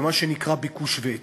במה שנקרא "ביקוש והיצע",